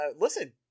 Listen